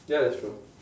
ya that's true